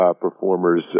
performers